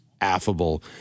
affable